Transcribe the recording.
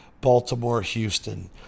Baltimore-Houston